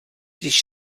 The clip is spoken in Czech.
když